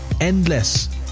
endless